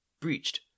breached